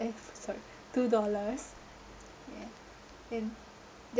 eh sorry two dollars yeah then there